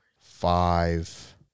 five